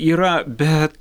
yra bet